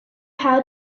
how